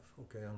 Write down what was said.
okay